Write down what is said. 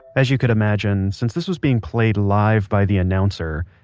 as you can imagine, since this was being played live by the announcer,